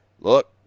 look